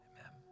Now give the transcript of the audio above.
Amen